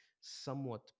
somewhat